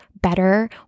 better